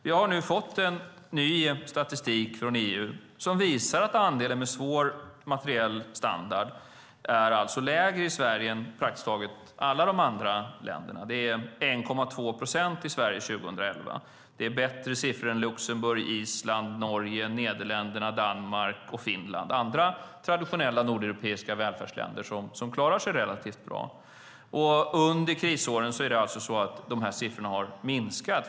Vi har nu fått ny statistik från EU som visar att andelen med svår materiell standard är lägre i Sverige än i praktiskt taget alla de andra länderna. Det var 1,2 procent i Sverige 2011. Det är bättre siffror än Luxemburg, Island, Norge, Nederländerna, Danmark och Finland - andra traditionella nordeuropeiska välfärdsländer som klarar sig relativt bra. Under krisåren är det alltså så att de här siffrorna har minskat.